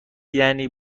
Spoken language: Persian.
یعنی